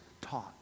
taught